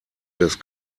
des